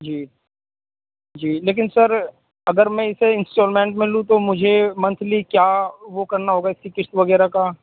جی جی لیکن سر اگر میں اسے انسٹالمینٹ میں لوں تو مجھے منتھلی کیا وہ کرنا ہوگا اس کی قسط وغیرہ کا